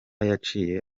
yaciye